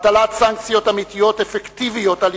הטלת סנקציות אמיתיות אפקטיביות על